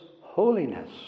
holiness